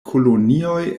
kolonioj